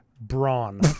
Brawn